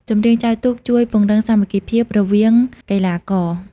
ចម្រៀងចែវទូកជួយ ពង្រឹងសាមគ្គីភាព រវាងកីឡាករ។